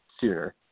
sooner